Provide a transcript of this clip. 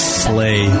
slay